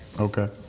okay